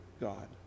God